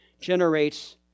generates